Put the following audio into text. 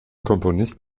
komponist